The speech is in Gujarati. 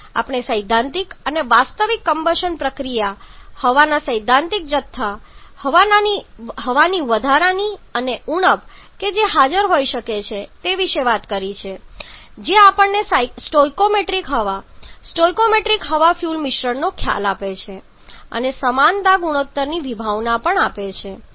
આપણે સૈદ્ધાંતિક અને વાસ્તવિક કમ્બશન પ્રક્રિયા હવાના સૈદ્ધાંતિક જથ્થા હવાની વધારાની અને ઉણપ કે જે હાજર હોઈ શકે છે તે વિશે વાત કરી છે જે આપણને સ્ટોઇકિયોમેટ્રિક હવા સ્ટોઇકિયોમેટ્રિક હવા ફ્યુઅલ મિશ્રણનો ખ્યાલ આપે છે અને સમાનતા ગુણોત્તરની વિભાવના પણ આપે છે